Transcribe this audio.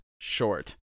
short